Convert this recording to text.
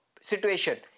situation